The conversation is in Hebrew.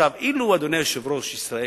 אילו, אדוני היושב-ראש,